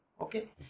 Okay